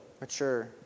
mature